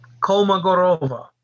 Kolmogorova